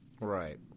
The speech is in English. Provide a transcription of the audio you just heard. Right